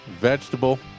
vegetable